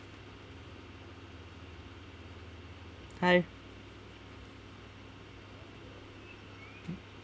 hi